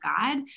God